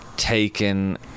taken